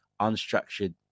unstructured